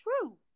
true